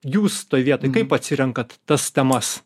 jūs toj vietoj kaip atsirenkat tas temas